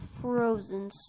frozen